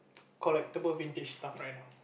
collectible vintage stuffs right now